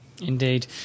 Indeed